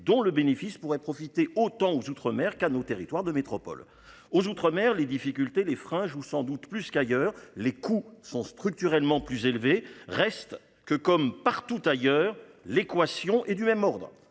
dont le bénéfice pourrait profiter autant aux Outre-mer qu'nos territoires de métropole aux outre-mer les difficultés, les freins joue sans doute plus qu'ailleurs, les coûts sont structurellement plus élevés. Reste que, comme partout ailleurs. L'équation est du même ordre